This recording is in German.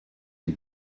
die